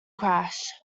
crash